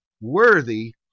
worthy